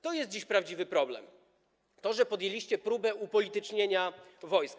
To jest dziś prawdziwy problem, to, że podjęliście próbę upolitycznienia wojsk.